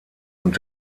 und